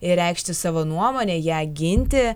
reikšti savo nuomonę ją ginti